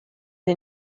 sie